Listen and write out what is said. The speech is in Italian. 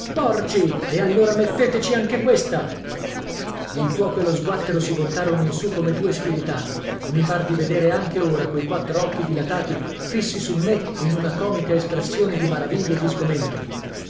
urlando porci allora metteteci anche questa il cuoco e lo sguattero si voltarono in su come due spiritati e mi par di vedere anche ora quei quattro occhi dilatati fissi su me in una comica espressione di maraviglia e di sgomento